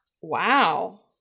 Wow